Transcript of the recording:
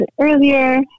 earlier